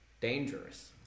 dangerous